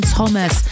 Thomas